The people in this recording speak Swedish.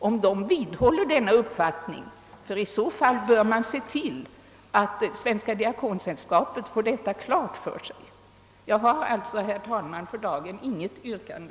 Om de vidhåller denna uppfattning, bör man se till att Svenska diakonsällskapet får klarhet därom. Jag har alltså, herr talman, för dagen inget yrkande.